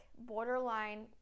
borderline